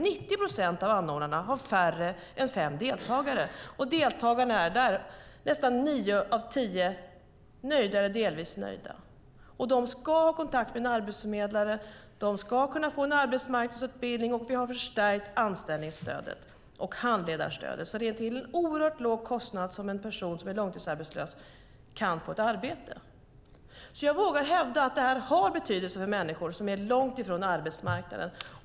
90 procent av anordnarna har färre än fem deltagare, och nästan nio av tio deltagare är nöjda eller delvis nöjda. De ska ha kontakt med en arbetsförmedlare. De ska kunna få en arbetsmarknadsutbildning. Vi har förstärkt anställningsstödet och handledarstödet. Det är till en oerhört låg kostnad som en långtidsarbetslös person kan få ett arbete. Jag vågar hävda att det har betydelse för människor som är långt från arbetsmarknaden.